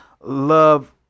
love